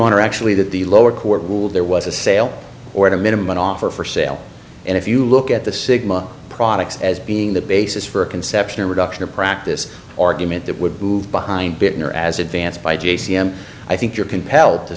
honor actually that the lower court ruled there was a sale or at a minimum an offer for sale and if you look at the sigma products as being the basis for a conception or reduction or practice argument that would move behind bittner as advanced by j c am i think you're compelled to